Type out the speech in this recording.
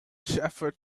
shepherd